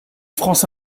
france